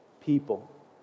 people